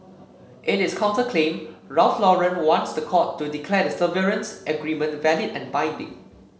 in its counterclaim Ralph Lauren wants the court to declare the severance agreement valid and binding